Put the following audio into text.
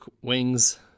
Wings